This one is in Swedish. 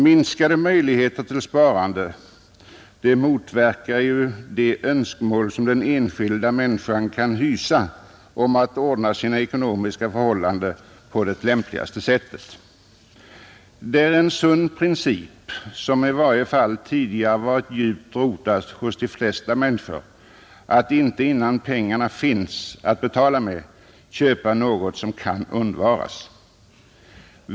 Minskade möjligheter till sparande motverkar de önskemål som den enskilda människan kan hysa om att ordna sina ekonomiska förhållanden på det lämpligaste sättet. Det är en sund princip, som i varje fall tidigare varit djupt rotad hos de flesta människor, att inte innan pengar finns att betala med köpa något som kan undvaras.